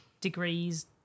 degrees